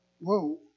whoa